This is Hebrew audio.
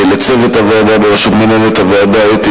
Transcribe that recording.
לצוות הוועדה בראשות מנהלת הוועדה אתי